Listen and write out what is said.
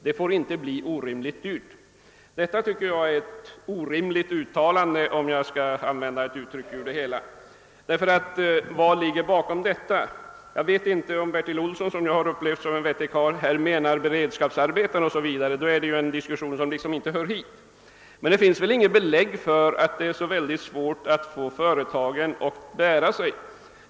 Det får inte bli orimligt dyrt.» Detta tycker jag är ett »orimligt» uttalande. Jag vet inte om Bertil Olsson, som jag upplevt som en vettig karl, avser beredskapsarbeten o.s.v. I så fall är det en diskussion som liksom inte hör hit. Men det finns väl inget belägg för att det är så oerhört svårt att få företagen att bära sig.